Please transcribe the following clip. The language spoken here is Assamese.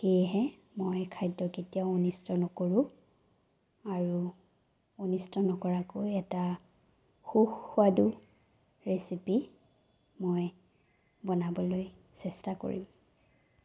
সেয়েহে মই খাদ্য কেতিয়াও অনিষ্ট নকৰোঁ আৰু অনিষ্ট নকৰাকৈ এটা সুস্বাদু ৰেচিপি মই বনাবলৈ চেষ্টা কৰিম